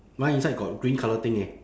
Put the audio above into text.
mine inside got green colour thing eh